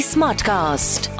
Smartcast